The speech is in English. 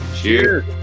Cheers